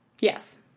Yes